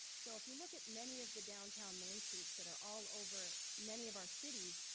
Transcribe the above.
so if you look at many of the downtown main streets that are all over many of our cities,